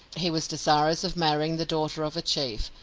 he was desirous of marrying the daughter of a chief,